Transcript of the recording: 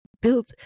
built